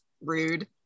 Rude